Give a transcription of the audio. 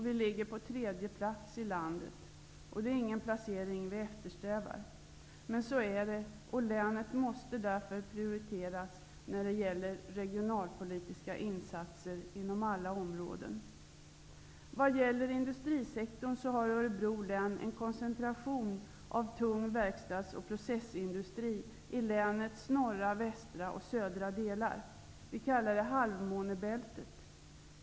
Vi ligger på tredje plats i landet. Det är ingen placering vi eftersträvar. Men så är det, och länet måste därför prioriteras när det gäller regionalpolitiska insatser inom alla områden. Vad gäller industrisektorn har Örebro län en koncentration av tung verkstads och processindustri i länets norra, västra och södra delar. Vi kallar det halvmånebältet.